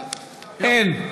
אין.